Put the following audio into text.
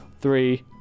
three